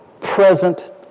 present